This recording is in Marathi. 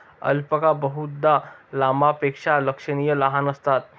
अल्पाका बहुधा लामापेक्षा लक्षणीय लहान असतात